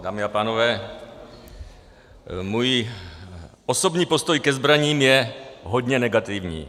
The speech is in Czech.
Dámy a pánové, můj osobní postoj ke zbraním je hodně negativní.